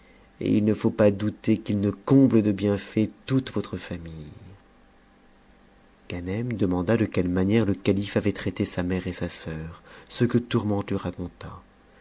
et il ne faut pas douter qu'il ne comble de bienfaits toute votre famine ganem demanda de quelle manière le calife avait traité sa mère et sa sœur ce que tourmente lui raconta